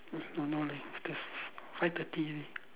uh don't know lah it's five thirty eh